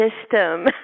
system